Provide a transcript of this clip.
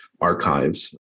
archives